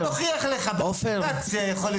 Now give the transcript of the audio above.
אני אמא של אלה.